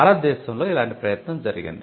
భారతదేశంలో ఇలాంటి ప్రయత్నం జరిగింది